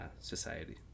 society